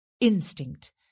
instinct